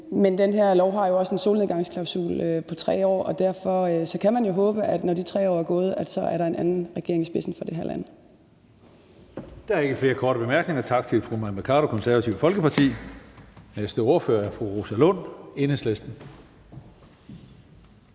Men den her lov har jo også en solnedgangsklausul på 3 år, og derfor kan man jo håbe, at der er en anden regering i det her land, når de 3 år er gået. Kl. 20:08 Tredje næstformand (Karsten Hønge): Der er ikke flere korte bemærkninger. Tak til fru Mai Mercado, Det Konservative Folkeparti. Næste ordfører er fru Rosa Lund, Enhedslisten.